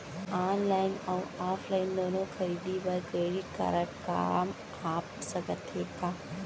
Online अऊ offline दूनो खरीदी बर क्रेडिट कारड काम आप सकत हे का?